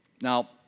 Now